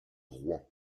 rouen